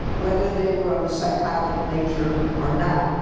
whether they were of a psychotic nature or not,